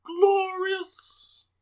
Glorious